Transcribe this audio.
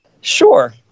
Sure